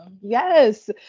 Yes